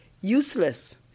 useless